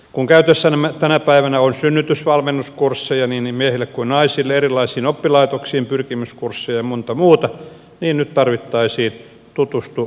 kun käytössämme tänä päivänä on synnytysvalmennuskursseja niin miehille kuin naisille erilaisiin oppilaitoksiin pyrkimyskursseja ja monta muuta niin nyt tarvittaisiin tutustu vanhenemiseen kursseja